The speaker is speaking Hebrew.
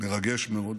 מרגש מאוד.